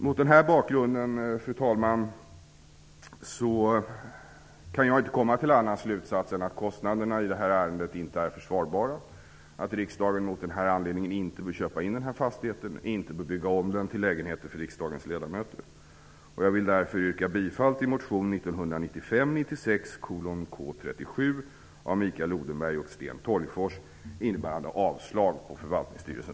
Mot den här bakgrunden, fru talman, kan jag inte komma till någon annan slutsats än att kostnaderna i det här ärendet inte är försvarbara, att riksdagen av den anledningen inte bör köpa in fastigheten och heller inte bör bygga om den till lägenheter för riksdagens ledamöter. Jag vill därför yrka bifall till motion 1995/96:K37 av Mikael Odenberg och Sten